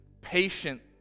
patient